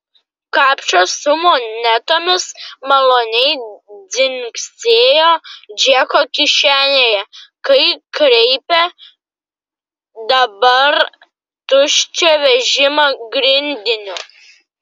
kapšas su monetomis maloniai dzingsėjo džeko kišenėje kai kreipė dabar tuščią vežimą grindiniu